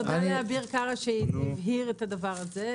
תודה לאביר קארה שהבהיר את הדבר הזה,